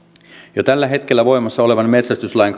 jo tällä hetkellä voimassa olevan metsästyslain